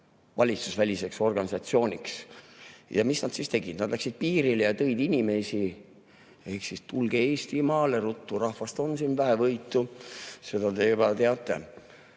valitsusväliseks organisatsiooniks. Ja mis nad siis tegid? Nad läksid piirile ja tõid siia inimesi: tulge Eestimaale ruttu, rahvast on siin vähevõitu. Seda te juba teate.